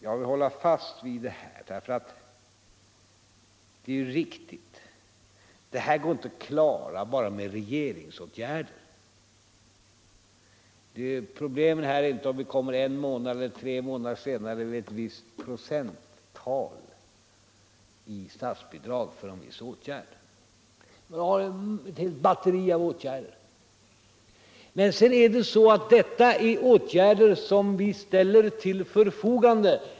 Jag vill hålla fast vid det här programmet därför att det är riktigt. Det här går inte att klara bara med regeringsåtgärder. Problemen är inte om vi kommer en månad eller tre månader senare med en viss procentuell ökning av statsbidraget för en viss åtgärd. Vi har ett helt batteri av åtgärder. Men detta är åtgärder som vi ställer till förfogande.